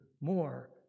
more